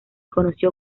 conoció